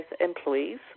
employees